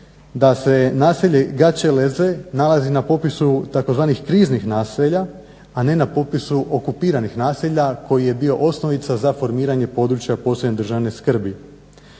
da se naselje Gaćeleze nalazi na popisu tzv. kriznih naselja, a ne na popisu okupiranih naselja koji je bio osnovica za formiranje područja posebne državne skrbi.